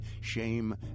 shame